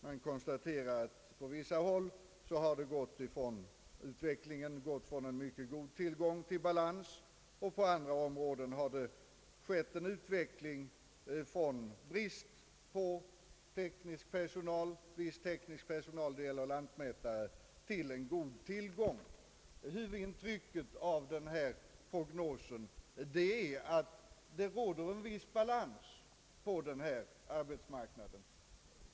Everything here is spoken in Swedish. Man konstaterar att på vissa håll har utvecklingen gått från en mycket god tillgång till balans, och på andra håll har det skett en utveckling från brist på viss teknisk personal — det gäller lantmätare — till god tillgång. Huvudintrycket av prognosen är att det råder en viss balans inom denna del av arbetsmarknaden.